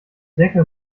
deckel